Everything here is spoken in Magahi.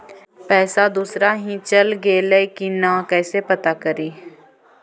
पैसा दुसरा ही चल गेलै की न कैसे पता करि?